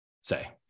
say